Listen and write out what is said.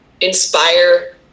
inspire